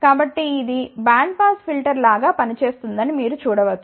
కాబట్టి ఇది band pass filter లాగా పనిచేస్తుందని మీరు చూడ వచ్చు